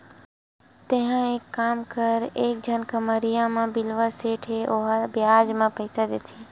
तेंहा एक काम कर एक झन खम्हरिया म बिलवा सेठ हे ओहा बियाज म पइसा देथे